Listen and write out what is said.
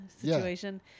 situation